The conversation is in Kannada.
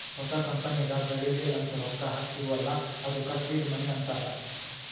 ಹೊಸ ಕಂಪನಿಗ ಬೆಳಿಲಿ ಅಂತ್ ರೊಕ್ಕಾ ಹಾಕ್ತೀವ್ ಅಲ್ಲಾ ಅದ್ದುಕ ಸೀಡ್ ಮನಿ ಅಂತಾರ